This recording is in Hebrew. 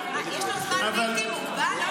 יש לו זמן בלתי מוגבל?